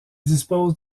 dispose